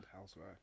housewife